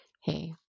Hey